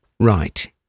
Right